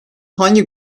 hangi